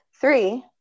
Three